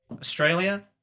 Australia